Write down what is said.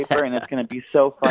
paper, and it's going to be so funny.